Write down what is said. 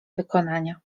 wykonania